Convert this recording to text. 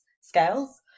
scales